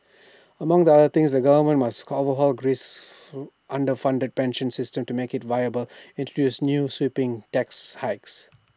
among the other things the government must overhaul Greece's underfunded pension system to make IT viable and introduce sweeping tax hikes